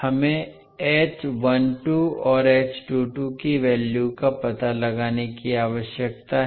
हमें और की वैल्यू का पता लगाने की आवश्यकता है